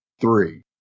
three